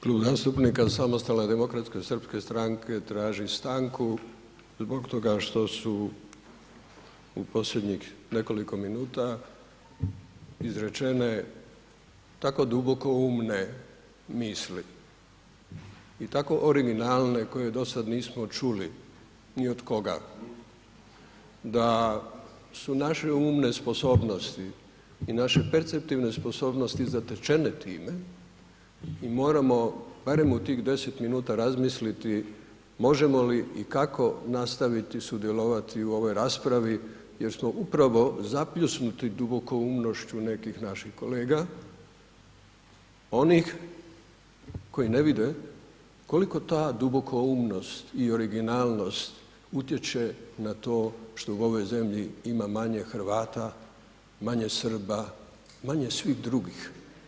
Kluba zastupnika SDSS-a traži stanku zbog toga što su u posljednjih nekoliko minuta izrečene tako dubokoumne misli i tako originalne koje dosad nismo čuli ni od koga da su naše umne sposobnosti i naše perceptivne sposobnosti zatečene time i moramo barem u tih 10 minuta razmisliti možemo li i kako nastaviti sudjelovati u ovoj raspravi jer smo upravo zapljusnuti dubokoumnošću nekih naših kolega, onih koji ne vide koliko ta dubokoumnosti i originalnost utječe na to što u ovoj zemlji ima manje Hrvata, manje Srba, manje svih drugih.